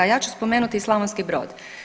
Ja ću spomenuti Slavonski Brod.